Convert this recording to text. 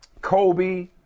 Kobe